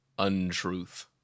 untruth